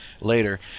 later